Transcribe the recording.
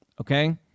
okay